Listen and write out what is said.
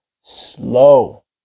slow